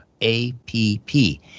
A-P-P